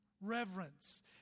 Reverence